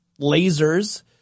lasers